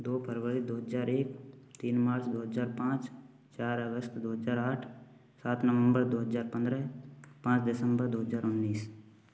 दो फरवरी दो हज़ार एक तीन मार्च दो हज़ार पाँच चार अगस्त दो हज़ार आठ सात नवम्बर दो हज़ार पंद्रह पाँच दिसम्बर दो हज़ार उन्नीस